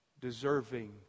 Deserving